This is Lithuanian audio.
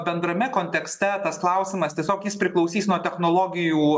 bendrame kontekste tas klausimas tiesiog jis priklausys nuo technologijų